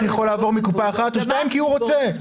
יכול לעבור מקופה אחת לשנייה כי הוא רוצה.